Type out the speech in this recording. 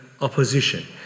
opposition